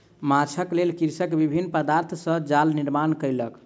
माँछक लेल कृषक विभिन्न पदार्थ सॅ जाल निर्माण कयलक